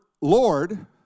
Lord